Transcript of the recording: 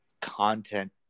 content